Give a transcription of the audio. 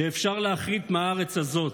שאפשר להכרית מהארץ הזאת.